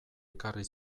ekarri